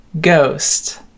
ghost